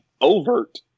overt